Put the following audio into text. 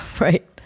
Right